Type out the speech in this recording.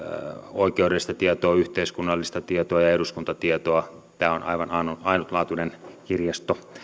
oikeudellista tietoa yhteiskunnallista tietoa ja eduskuntatietoa tämä on aivan ainutlaatuinen kirjasto